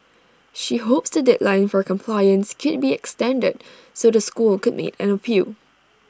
she hopes the deadline for compliance could be extended so the school could make an appeal